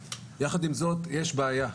יחד עם זאת, יש בעיה.